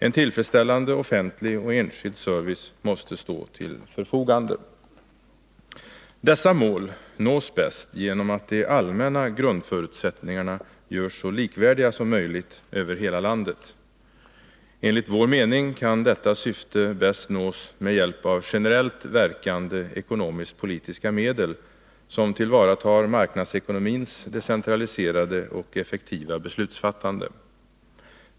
En tillfredsställande offentlig och enskild service måste stå till förfogande. Dessa mål nås bäst genom att de allmänna grundförutsättningarna görs så likvärdiga som möjligt över hela landet. Enligt vår mening kan detta syfte bäst nås med hjälp av generellt verkande ekonomisk-politiska medel, som tillvaratar marknadsekonomins decentraliserade och effektiva beslutsfattande.